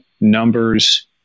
numbers